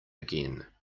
again